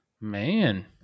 Man